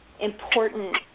important